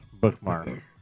bookmark